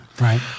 Right